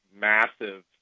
massive